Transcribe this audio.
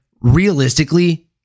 realistically